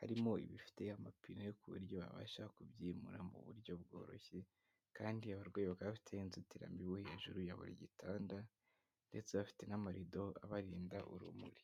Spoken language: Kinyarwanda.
harimo ibifite amapine ku buryo babasha kubyimura mu buryo bworoshye kandi abarwayi bakaba bafite inzitiramibu hejuru ya buri gitanda ndetse bafite n'amarido abarinda urumuri.